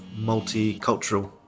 multicultural